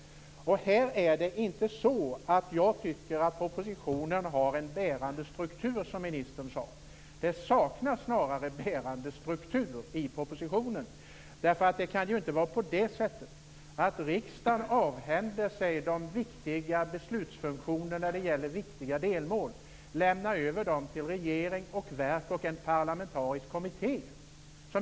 Jag tycker inte att propositionen har en bärande struktur, som ministern sade. Det saknas snarare en bärande struktur i propositionen. Riksdagen kan ju inte avhända sig den viktiga beslutsfunktionen när det gäller väsentliga delmål och lämna över dessa till regering, verk och en parlamentarisk kommitté.